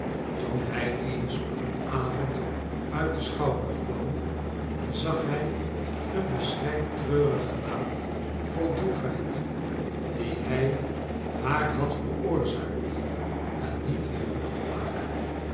toen hij eens op een avond uit den schouwburg kwam zag hij een beschreid treurig gelaat vol droefheid die hij haar had veroorzaakt en niet weer goed kon maken